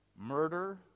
murder